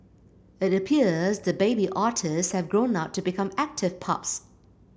it appears the baby otters have grown up to become active pups